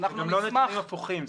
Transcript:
אלה לא נתונים הפוכים.